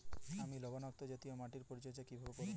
আমি লবণাক্ত জাতীয় মাটির পরিচর্যা কিভাবে করব?